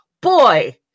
Boy